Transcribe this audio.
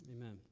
Amen